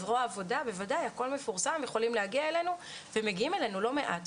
הם יכולים להגיע אלינו ומגיעים אלינו לא מעט.